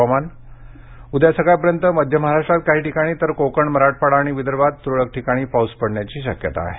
हवामान उद्या सकाळपर्यंत मध्य महाराष्ट्रात काही ठिकाणी तर कोकण मराठवाडा आणि विदर्भात तुरळक ठिकाणी पाऊस पडण्याची शक्यता आहे